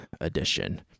edition